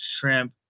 Shrimp